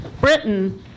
britain